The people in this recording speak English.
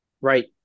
Right